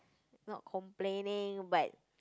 not complaining but